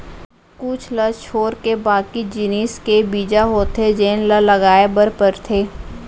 कुछ ल छोरके बाकी जिनिस के बीजा होथे जेन ल लगाए बर परथे